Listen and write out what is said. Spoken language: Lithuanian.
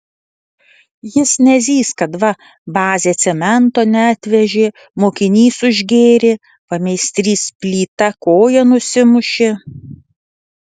jis nezys kad va bazė cemento neatvežė mokinys užgėrė pameistrys plyta koją nusimušė